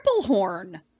Triplehorn